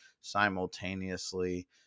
simultaneously